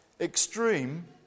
extreme